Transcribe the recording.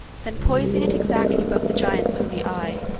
then poising it exactly above the giant's only eye,